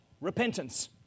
repentance